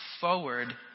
forward